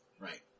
Right